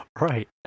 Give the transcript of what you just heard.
Right